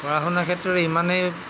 পঢ়া শুনাৰ ক্ষেত্ৰত ইমানেই